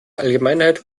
allgemeinheit